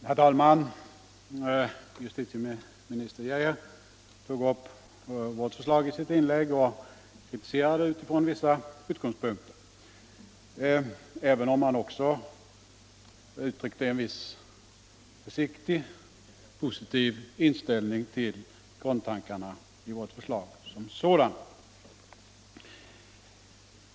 Herr talman! Justitieminister Geijer tog upp vårt förslag i sitt inlägg och kritiserade det från vissa utgångspunkter — även om han också uttryckte en viss försiktigt positiv inställning till grundtankarna i vårt förslag som sådant.